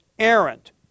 errant